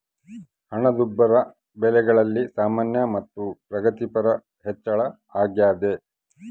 ಹಣದುಬ್ಬರ ಬೆಲೆಗಳಲ್ಲಿ ಸಾಮಾನ್ಯ ಮತ್ತು ಪ್ರಗತಿಪರ ಹೆಚ್ಚಳ ಅಗ್ಯಾದ